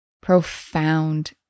profound